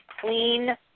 clean